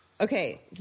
Okay